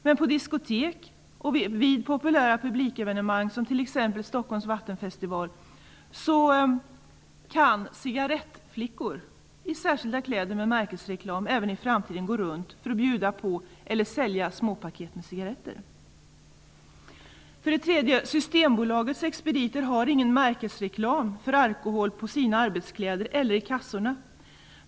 Men på diskotek och vid populära publikevenemang, som t.ex. Stockholms Vattenfestival, kan cigarettflickor i särskilda kläder med märkesreklam även i framtiden gå runt för att bjuda på eller sälja småpaket med cigaretter. Systembolagets expediter har ingen märkesreklam för alkohol på sina arbetskläder eller i kassorna.